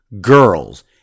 girls